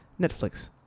Netflix